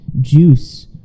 juice